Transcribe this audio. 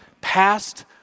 past